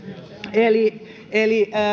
eli eli